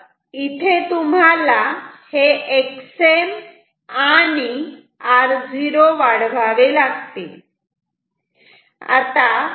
तर इथे तुम्हाला हे Xm आणि R0 वाढवावे लागतील